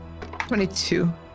22